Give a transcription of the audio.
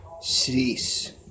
Cease